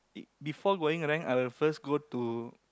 it before going rank I will first go to